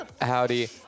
Howdy